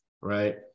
right